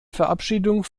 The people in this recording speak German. verabschiedung